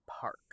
Park